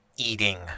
eating